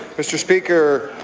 mr. speaker,